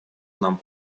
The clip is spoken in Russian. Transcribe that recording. нам